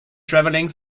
traveling